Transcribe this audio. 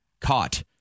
caught